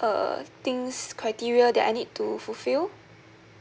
uh things criteria that I need to fulfil